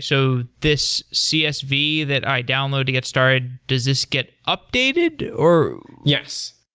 so this csv that i download to get started, does this get updated? yes,